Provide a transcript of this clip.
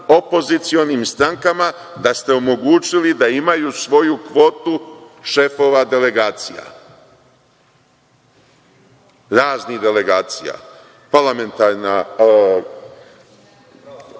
opozicionim strankama, da ste omogućili da imaju svoju kvotu šefova delegacija, raznih delegacija, pravoslavnih